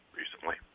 recently